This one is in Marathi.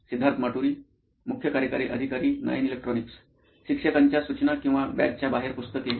सिद्धार्थ माटुरी मुख्य कार्यकारी अधिकारी नॉइन इलेक्ट्रॉनिक्स शिक्षकांच्या सूचना किंवा बॅगच्या बाहेर पुस्तके